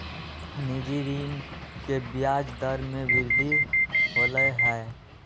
निजी ऋण के ब्याज दर में वृद्धि होलय है